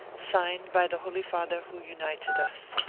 signed by the holy father who united us.